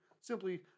simply